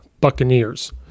Buccaneers